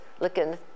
looking